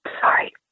sorry